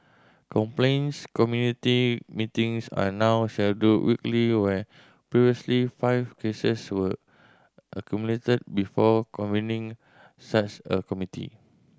complaints community meetings are now scheduled weekly where previously five cases were accumulated before convening such a committee